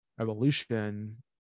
Evolution